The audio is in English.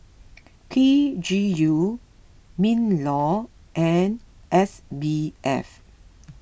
P G U MinLaw and S B F